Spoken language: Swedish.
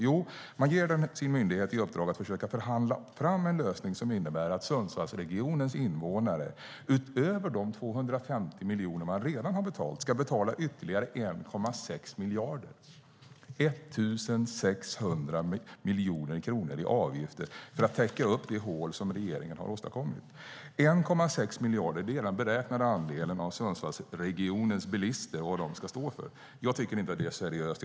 Jo, man ger sin myndighet i uppdrag att försöka förhandla fram en lösning som innebär att Sundsvallregionens invånare utöver de 250 miljoner man redan har betalt ska betala ytterligare 1,6 miljarder, 1 600 miljoner kronor, i avgifter för att täcka det hål som regeringen har åstadkommit. 1,6 miljarder är den beräknade andelen när det gäller Sundsvallsregionens bilister och vad de ska stå för. Jag tycker inte att det är seriöst.